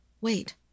Wait